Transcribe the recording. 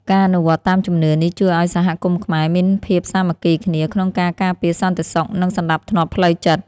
ការអនុវត្តតាមជំនឿនេះជួយឱ្យសហគមន៍ខ្មែរមានភាពសាមគ្គីគ្នាក្នុងការការពារសន្តិសុខនិងសណ្តាប់ធ្នាប់ផ្លូវចិត្ត។